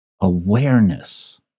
awareness